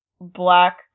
black